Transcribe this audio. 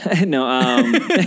No